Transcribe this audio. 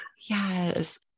Yes